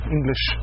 English